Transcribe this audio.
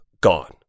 gone